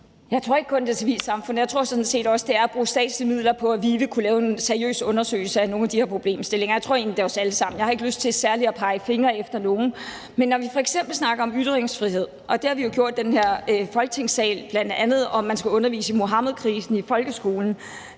Jeg tror ikke kun, at det handler om civilsamfundet. Jeg tror sådan set også, at det handler om at bruge statslige midler på, at VIVE kunne lave en seriøs undersøgelse af nogle af de her problemstillinger. Jeg tror egentlig, at det handler om os alle sammen. Jeg har ikke lyst til særlig at pege fingre ad nogen. Men når vi f.eks. snakker om ytringsfrihed, og det har vi jo gjort i den her Folketingssal, bl.a. i forbindelse med om man skulle undervise i Muhammedkrisen i folkeskolen,